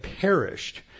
perished